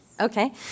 Okay